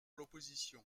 l’opposition